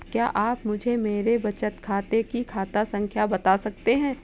क्या आप मुझे मेरे बचत खाते की खाता संख्या बता सकते हैं?